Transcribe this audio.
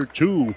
two